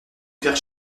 faire